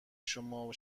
شما